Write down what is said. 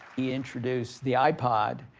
he introduced the ipod.